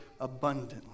abundantly